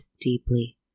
deeply